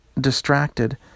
distracted